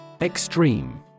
Extreme